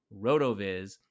RotoViz